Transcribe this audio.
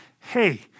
hey